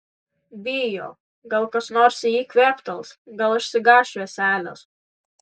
bijo gal kas nors į jį kvėptels gal išsigąs švieselės